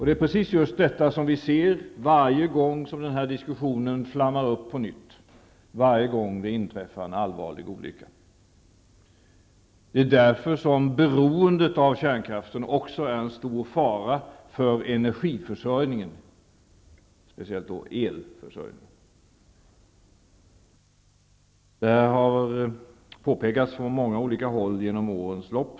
Det är precis detta som vi ser varje gång som den här diskussionen flammar upp på nytt och varje gång det inträffar en allvarlig olycka. Det är därför som beroendet av kärnkraften också är en stor fara för energiförsörjningen och speciellt för elförsörjningen. Det här har påpekats från många olika håll genom årens lopp.